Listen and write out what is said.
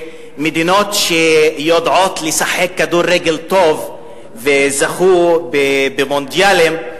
שמדינות שיודעות לשחק כדורגל טוב וזכו במונדיאלים,